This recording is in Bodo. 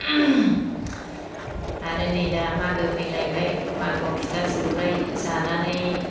आरो नै दा मागो फैलायबाय मागोआव फिथा सौराय जानानै